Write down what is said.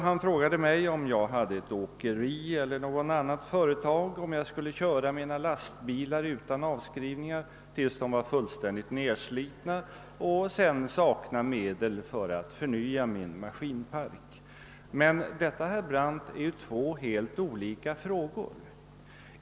Han frågade mig om jag, ifall jag t.ex. hade ett åkeri, skulle vilja köra mina lastbilar utan avskrivningar tills de var fullständigt nedslitna och saknar medel för att förnya min maskinpark. Men här rör det sig, herr Brandt, om två helt olika frågor.